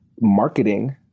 marketing